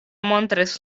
montris